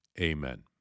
Amen